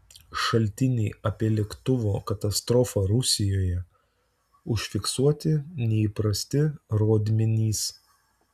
šaltiniai apie lėktuvo katastrofą rusijoje užfiksuoti neįprasti rodmenys